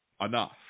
enough